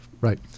Right